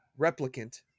replicant